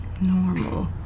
normal